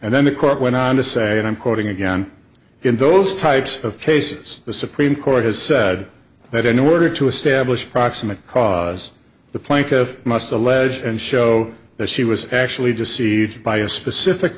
and then the quote went on to say and i'm quoting again in those types of cases the supreme court has said that in order to establish proximate cause the plank of must allege and show that she was actually deceived by a specific